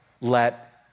let